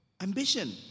Ambition